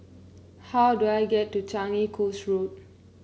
how do I get to Changi Coast Road